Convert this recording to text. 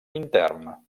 intern